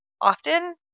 Often